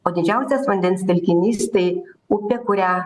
o didžiausias vandens telkinys tai upė kurią